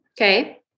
Okay